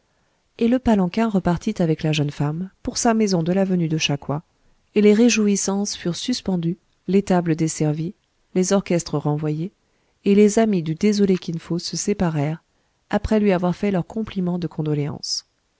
et le palanquin repartit avec la jeune femme pour sa maison de l'avenue de cha coua et les réjouissances furent suspendues les tables desservies les orchestres renvoyés et les amis du désolé kin fo se séparèrent après lui avoir fait leurs compliments de condoléance